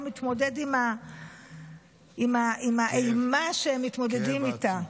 מתמודד עם האימה שהם מתמודדים איתה.